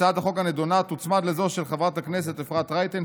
הצעת החוק הנדונה תוצמד לזו של חברת הכנסת אפרת רייטן,